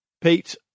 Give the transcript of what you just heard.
Pete